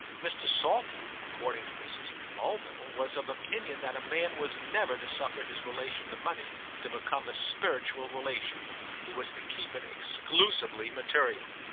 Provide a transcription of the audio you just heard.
mr. saltram, according to mrs. mulville, was of opinion that a man was never to suffer his relation to money to become a spiritual relation he was to keep it exclusively material.